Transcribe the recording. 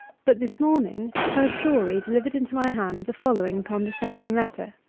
but this morning her shorey delivered into my hand the following condescending letter.